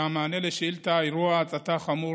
מענה על שאילתה בנושא: אירוע הצתה חמור